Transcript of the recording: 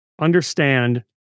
understand